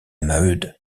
maheude